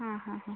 അ അ